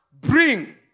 bring